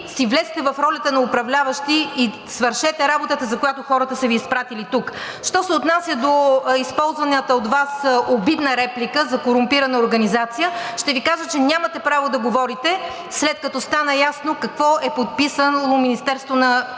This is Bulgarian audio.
влезте в ролята на управляващи и свършете работата, за която хората са Ви изпратили тук. Що се отнася до използваната от Вас обидна реплика за корумпирана организация, ще Ви кажа, че нямате право да говорите, след като стана ясно какво е подписало Министерството на енергетиката